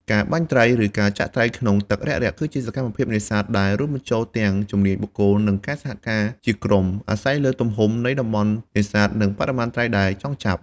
ការបាញ់ត្រី ឬចាក់ត្រីក្នុងទឹករាក់ៗ គឺជាសកម្មភាពនេសាទដែលរួមបញ្ចូលទាំងជំនាញបុគ្គល និងការសហការជាក្រុម អាស្រ័យលើទំហំនៃតំបន់នេសាទ និងបរិមាណត្រីដែលចង់ចាប់។